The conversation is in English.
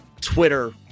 Twitter